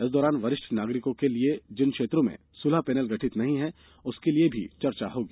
इस दौरान वरिष्ठ नागरिकों के लिए जिन क्षेत्रों में सुलह पैनल गठित नहीं हैं उसके लिए भी चर्चा होगी